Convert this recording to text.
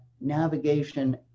navigation